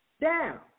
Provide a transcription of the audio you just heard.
down